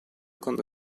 quando